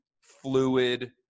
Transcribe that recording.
fluid